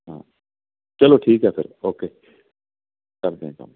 ਹਾਂ ਚਲੋ ਠੀਕ ਹੈ ਫਿਰ ਓਕੇ ਕਰਦੇ ਹਾਂ ਕੰਮ